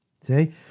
See